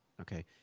Okay